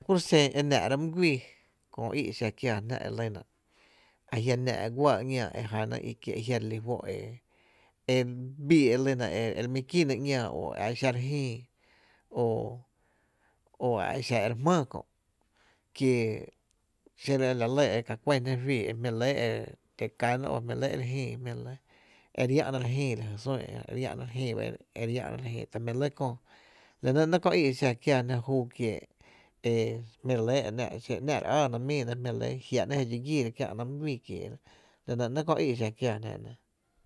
La kúro’ xen e nⱥⱥ’ra my guíi köö í’ exa kiáá jná e lyna ajia’ nⱥⱥ’ guáá ‘ñáá e jna e kie’ jia’ re lí fó’ e e bii e lyna e re mi kïna ‘ñaa o a exa re jïï o o a exa re jmáá kö’ kie xiro e la lɇ e ka kuén jná juíí e jmí lɇ e re ti käná i jmí’ lɇ e re jïï o e re llⱥ’na re jïï la jy sún e jö e re llⱥ’na re jïï ta jmí’ lɇ, la nɇ ‘nɇɇ’ kö í’ e xa kiáá jná e júú kiee’ e jmí’ re lɇ e ‘ná’, xi ‘ná’ re áána míina jiá’ ‘nɇɇ je re dxi gíína kiä’na my guii kieera, la nɇ ‘nɇkö í’ e xa kiáá jná e nɇ.